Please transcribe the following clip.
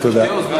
תודה.